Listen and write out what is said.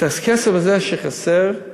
את הכסף הזה, שחסר,